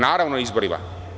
Naravno, na izborima.